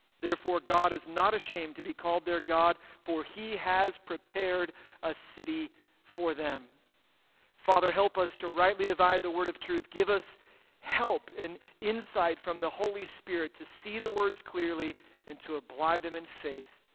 therefore god is not ashamed to be called their god, for he has prepared a city for them father, help us to rightly divide the word of truth. give us help and insight from the holy spirit to see the words clearly and to apply them in faith.